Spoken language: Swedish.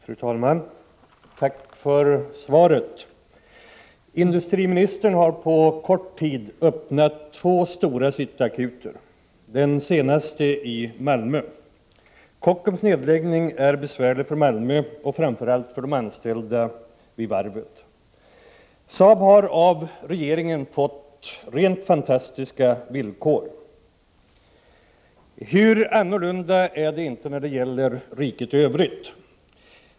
Fru talman! Tack för svaret! Industriministern har på kort tid öppnat två stora ”City Akuter”, den senaste i Malmö. Kockums nedläggning är besvärlig för Malmö och, framför allt, för de anställda vid varvet. Saab har av regeringen fått rent fantastiska villkor. Hur annorlunda är det inte när det gäller riket i övrigt!